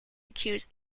accused